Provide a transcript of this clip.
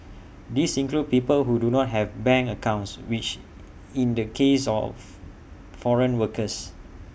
these include people who do not have bank accounts which in the case of foreign workers